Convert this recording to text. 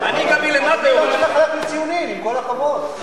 אדוני היושב-ראש, מחלק לי ציונים, עם כל הכבוד,